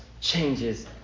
changes